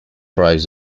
rise